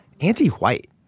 anti-white